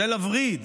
זה לווריד.